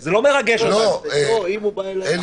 שזה לא מרגש אותנו שאומרים לנו כל הזמן --- אחריות.